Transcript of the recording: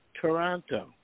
Toronto